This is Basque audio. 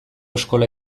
eskola